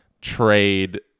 trade